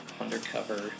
undercover